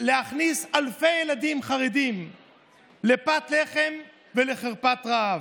להביא אלפי ילדים חרדים לפת לחם ולחרפת רעב.